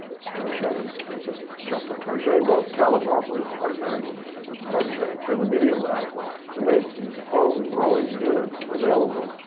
it's tar-jay. i just shopped at tar-jay. well, caleb harper is partnering with tar-jay through the media lab to make home-growing units available.